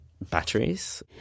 batteries